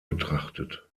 betrachtet